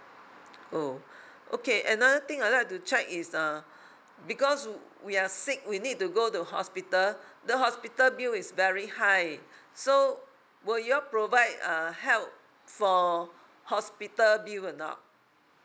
oh okay another thing I'd like to check is err because we are sick we need to go to hospital the hospital bill is very high so would you all provide err help for hospital bill or not